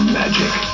magic